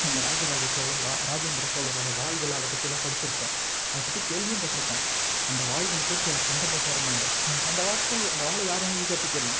நம்ம ராஜ ராஜ சோழர் லா ராஜேந்திர சோழரோட வாட்கள் அதைப் பற்றியெல்லாம் படித்திருப்போம் அதைப் பற்றி கேள்வியும் பட்டிருக்கோம் அந்த வாட்களத் தூக்கி அவர் சண்டை போட்டாருன்னாங்க ஏன் அந்த வாட்களை அந்த வாளை யார் வேணுனா ஈஸியாக தூக்கிடலாம்